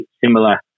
similar